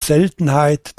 seltenheit